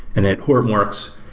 and at hortonworks,